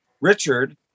Richard